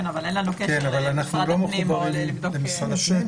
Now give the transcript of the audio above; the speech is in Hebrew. כן, אבל אין לנו קשר למשרד הפנים כדי לבדוק את זה.